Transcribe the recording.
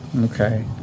Okay